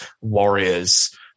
warriors